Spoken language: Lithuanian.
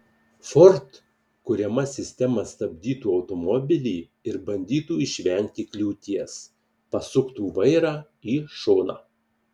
ford kuriama sistema stabdytų automobilį ir bandytų išvengti kliūties pasuktų vairą į šoną